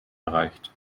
erreicht